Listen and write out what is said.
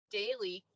daily